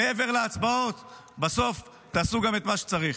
מעבר להצבעות בסוף תעשו גם את מה שצריך.